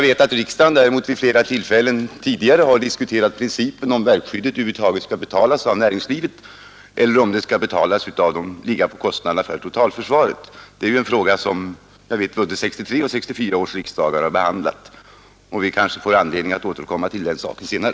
Principen om huruvida verkskyddet över huvud taget skall betalas av näringslivet eller om det skall ligga på kostnaderna för totalförsvaret är en fråga som jag vet att både 1963 och 1964 års riksdagar har behandlat, och vi kanske får anledning återkomma till den saken senare.